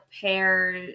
pair